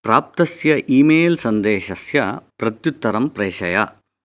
प्राप्तस्य ईमेल् सन्देशस्य प्रत्युत्तरं प्रेषय